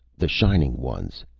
the shining ones.